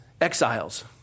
exiles